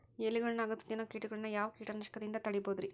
ಎಲಿಗೊಳ್ನ ಅಗದು ತಿನ್ನೋ ಕೇಟಗೊಳ್ನ ಯಾವ ಕೇಟನಾಶಕದಿಂದ ತಡಿಬೋದ್ ರಿ?